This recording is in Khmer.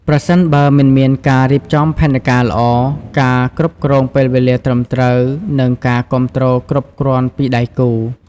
ប្រសិនបើមិនមានការរៀបចំផែនការល្អ ការគ្រប់គ្រងពេលវេលាត្រឹមត្រូវ និងការគាំទ្រគ្រប់គ្រាន់ពីដៃគូ។